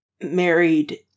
married